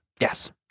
Yes